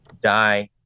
die